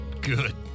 Good